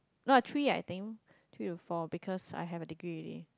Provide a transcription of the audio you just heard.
no three I think three to four because I have a degree already